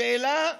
שאלה,